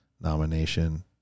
nomination